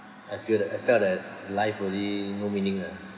I feel that I felt that life really no meaning ah